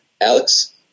Alex